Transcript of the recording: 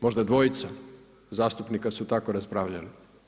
Možda dvojica zastupnika su tako raspravljali.